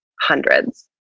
hundreds